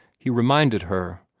he reminded her,